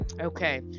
Okay